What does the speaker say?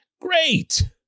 great